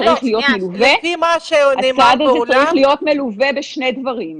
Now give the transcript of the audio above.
הצעד הזה צריך להיות מלווה בשני דברים.